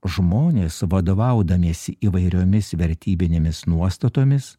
žmonės vadovaudamiesi įvairiomis vertybinėmis nuostatomis